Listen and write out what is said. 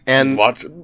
Watch